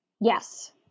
Yes